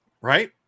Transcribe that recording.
Right